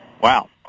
Wow